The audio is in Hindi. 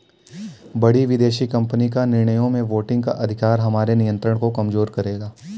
बड़ी विदेशी कंपनी का निर्णयों में वोटिंग का अधिकार हमारे नियंत्रण को कमजोर करेगा